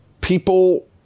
people